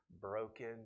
broken